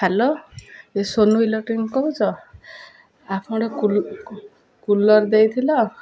hello ଏଇ Sonu electronic କହୁଛ ଆପଣ କୁଲୁ କୁଲର୍ ଦେଇଥିଲ